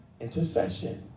intercession